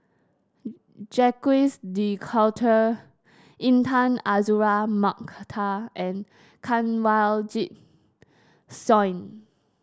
Jacques De Coutre Intan Azura Mokhtar and Kanwaljit Soin